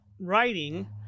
writing